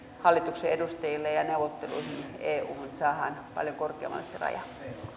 hallituksen edustajille ja neuvotteluihin euhun että saadaan paljon korkeammalle se raja